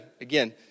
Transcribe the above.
again